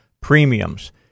premiums